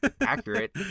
accurate